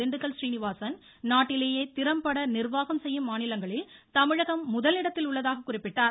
திண்டுக்கல் சீனிவாசன் நாட்டிலேயே திறம்பட நிர்வாகம் செய்யும் மாநிலங்களில் தமிழகம் முதலிடத்தில் உள்ளதாக குறிப்பிட்டார்